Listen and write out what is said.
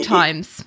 times